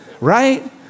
Right